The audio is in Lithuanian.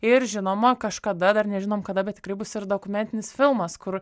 ir žinoma kažkada dar nežinom kada bet tikrai bus ir dokumentinis filmas kur